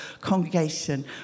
congregation